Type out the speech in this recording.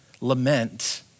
Lament